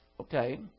Okay